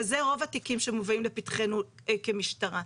וזה רוב התיקים שמובאים לפתחנו כמשטרה,